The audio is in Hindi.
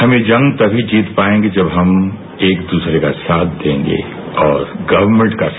हम ये जंग तब ही जीत पाएंगें जब हम एक दूसरे का साथ देगें और गवर्नमेंट का साथ